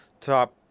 top